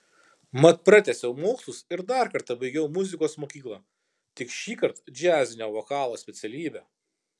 mat pratęsiau mokslus ir dar kartą baigiau muzikos mokyklą tik šįkart džiazinio vokalo specialybę